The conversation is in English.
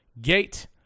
gate